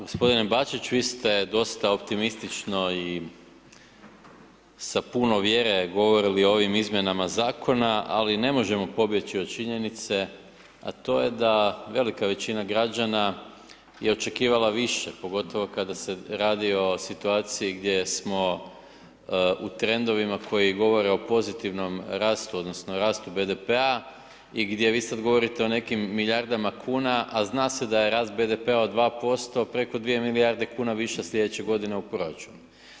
Gospodine Bačić, vi ste dosta optimistično i sa puno vjere govorili o ovim izmjenama zakona ali ne možemo pobjeći od činjenice a to je da velika većina građana je očekivala više pogotovo kada se radi o situaciji gdje smo u trendovima koji govore o pozitivnom rastu odnosno rastu BDP-a i gdje vi sad govorite o nekim milijardama kuna a zna se da rast BDP-a od 2% preko 2 milijarde kuna više slijedeće godine u proračunu.